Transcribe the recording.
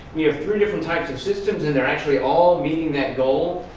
we have three different types of systems and they're actually all meeting that goal.